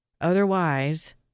Otherwise